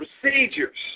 Procedures